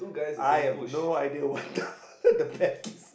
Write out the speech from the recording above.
I have no idea what the father the pet kid